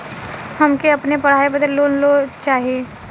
हमके अपने पढ़ाई बदे लोन लो चाही?